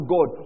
God